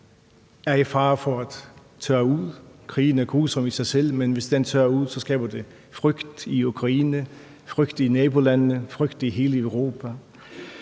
er i fare for at tørre ud. Krigen er grusom i sig selv, men hvis den tørrer ud, skaber det frygt i Ukraine, frygt i nabolandene og frygt i hele Europa.